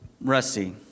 Rusty